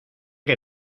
que